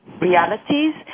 realities